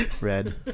red